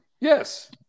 yes